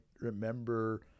remember